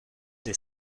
des